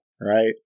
Right